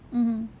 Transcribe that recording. mmhmm